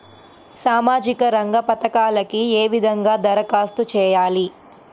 సామాజిక రంగ పథకాలకీ ఏ విధంగా ధరఖాస్తు చేయాలి?